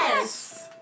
Yes